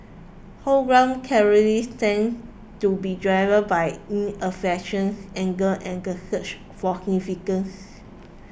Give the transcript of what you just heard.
homegrown terrorism tends to be driven by disaffection anger and the search for significance